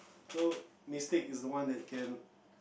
so Mystique is the one that can